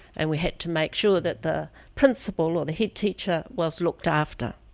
and we had to make sure that the principal, or the head teacher, was looked after.